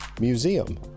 Museum